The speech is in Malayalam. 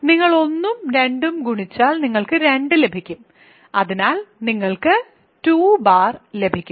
നിങ്ങൾ 1 ഉം 2 ഉം ഗുണിച്ചാൽ നിങ്ങൾക്ക് 2 ലഭിക്കും അതിനാൽ നിങ്ങൾക്ക് 2ലഭിക്കും